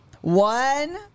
One